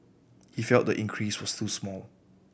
he felt the increase was too small